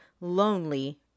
lonely